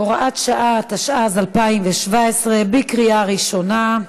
(הוראה שעה), התשע"ז 2017, בקריאה ראשונה.